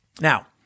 Now